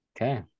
Okay